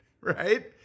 Right